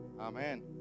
Amen